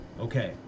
Okay